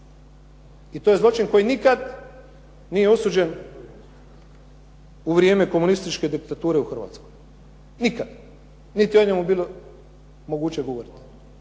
I to je zločin koji nikada nije osuđen u vrijeme komunističke diktature u Hrvatskoj, nikada. Niti je o njemu bilo moguće govoriti.